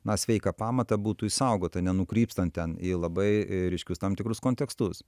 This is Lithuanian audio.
na sveiką pamatą būtų išsaugota nenukrypstant ten į labai e ryškius tam tikrus kontekstus